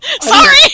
sorry